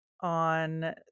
on